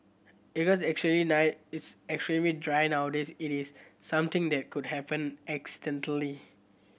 actually night it's extremely dry nowadays it is something that could happened accidentally